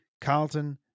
carlton